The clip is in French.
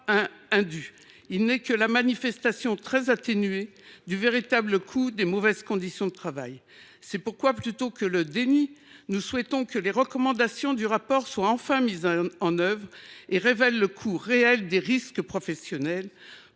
Il n’est que la manifestation, très atténuée, du véritable coût des mauvaises conditions de travail. C’est pourquoi, plutôt que de persister dans le déni, nous souhaitons que les recommandations du rapport des experts soient enfin mises en œuvre et que le coût réel des risques professionnels